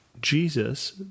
Jesus